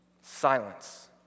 Silence